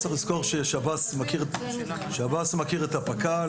צריך לזכור ששירות בתי הסוהר מכיר את הפק"ל,